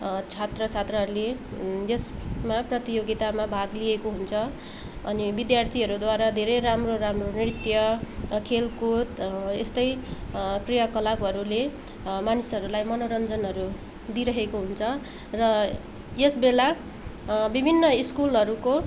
छात्र छात्राहरूले यसमा प्रतियोगितामा भाग लिएको हुन्छ अनि विधार्थीहरूद्वारा धेरै राम्रो राम्रो नृत्य खेलकुद यस्तै क्रियाकलापहरूले मानिसहरूलाई मनोरूञ्जनहरू दिइरहेको हुन्छ र यसबेला विभिन्न स्कुलहरूको